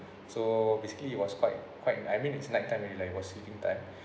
so basically it was quite quite I mean it's night time it like was sleeping time